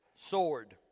sword